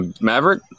Maverick